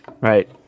Right